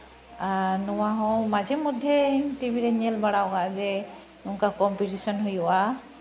ᱟᱨ ᱱᱚᱣᱟ ᱦᱚᱸ ᱢᱟᱡᱷᱮ ᱢᱚᱫᱽᱫᱷᱮ ᱴᱤᱵᱷᱤ ᱨᱤᱧ ᱧᱮᱞ ᱵᱟᱲᱟ ᱟᱠᱟᱫᱼᱟ ᱡᱮ ᱚᱱᱠᱟ ᱠᱚᱢᱯᱤᱴᱤᱥᱮᱱ ᱦᱩᱭᱩᱜᱼᱟ